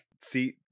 see